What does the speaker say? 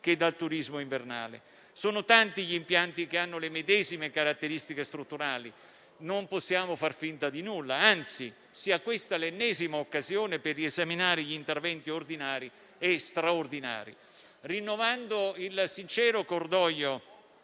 che dal turismo invernale. Sono tanti gli impianti che hanno le medesime caratteristiche strutturali e non possiamo far finta di nulla; anzi, sia questa l'ennesima occasione per riesaminare gli interventi ordinari e straordinari. Rinnovando il sincero cordoglio